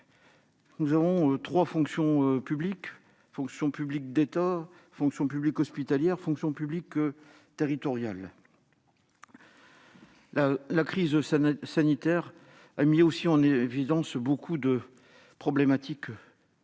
Nous avons trois fonctions publiques : la fonction publique d'État, la fonction publique hospitalière et la fonction publique territoriale. La crise sanitaire a mis en évidence de nombreuses problématiques majeures,